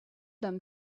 them